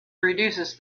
reduces